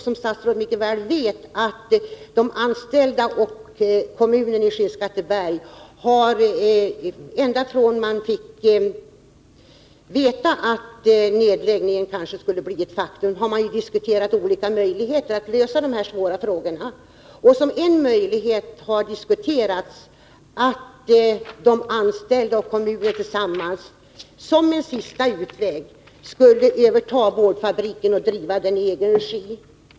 Som statsrådet mycket väl vet har de anställda och kommunen i Skinnskatteberg, från det att man fick veta att nedläggningen kanske skulle bli ett faktum, diskuterat olika möjligheter att lösa de här svåra frågorna. Som en möjlighet har diskuterats 85 att rädda sysselsättningen i Skinnskatteberg att de anställda och kommunen tillsammans, som en sista utväg, skulle överta boardfabriken och driva den i egen regi.